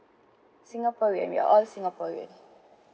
singaporean we all singaporean